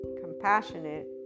compassionate